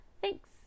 thanks